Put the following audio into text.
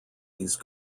these